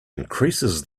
increases